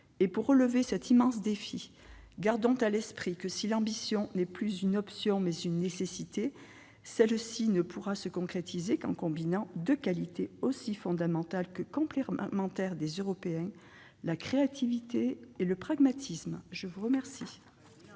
Pour relever cet immense défi, gardons à l'esprit que si l'ambition est non plus une option, mais une nécessité, elle ne pourra se concrétiser qu'en combinant deux qualités aussi fondamentales que complémentaires des Européens : la créativité et le pragmatisme. Très bien